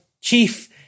chief